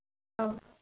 औ